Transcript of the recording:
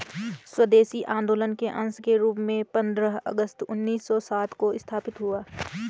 स्वदेशी आंदोलन के अंश के रूप में पंद्रह अगस्त उन्नीस सौ सात को स्थापित हुआ